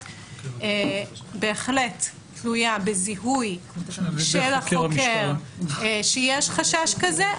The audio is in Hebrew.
בהחלט תלויה בזיהוי של החוקר שיש חשש כזה,